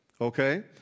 okay